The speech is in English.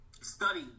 study